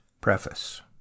preface